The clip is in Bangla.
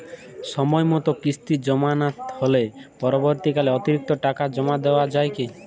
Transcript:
সময় মতো কিস্তি জমা না হলে পরবর্তীকালে অতিরিক্ত টাকা জমা দেওয়া য়ায় কি?